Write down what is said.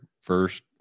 first